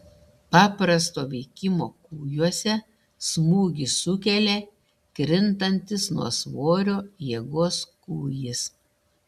paprasto veikimo kūjuose smūgį sukelia krintantis nuo svorio jėgos kūjis